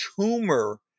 tumor